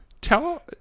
Tell